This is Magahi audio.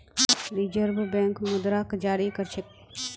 रिज़र्व बैंक मुद्राक जारी कर छेक